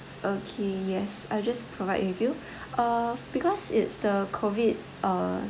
okay yes I'll just provide with you err because it's the COVID err